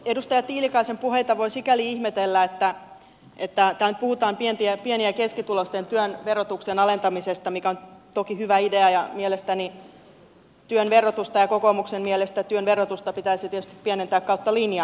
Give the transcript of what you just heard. edustaja tiilikaisen puheita voi sikäli ihmetellä että täällä nyt puhutaan pieni ja keskituloisten työn verotuksen alentamisesta mikä on toki hyvä idea ja mielestäni ja kokoomuksen mielestä työn verotusta pitäisi tietysti pienentää kautta linjan